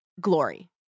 Glory